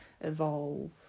evolve